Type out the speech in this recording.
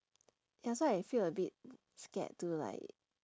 ya so I feel a bit scared to like